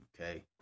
Okay